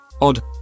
odd